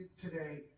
today